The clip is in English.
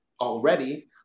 already